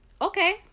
okay